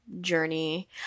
journey